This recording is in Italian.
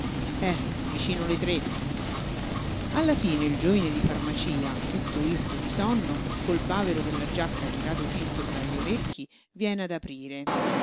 eh vicino le tre alla fine il giovine di farmacia tutto irto di sonno col bavero della giacca tirato fin sopra gli orecchi viene ad aprire